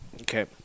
okay